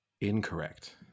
Incorrect